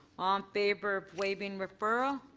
um favor of waiving referral.